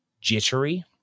jittery